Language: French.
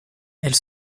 elle